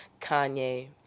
Kanye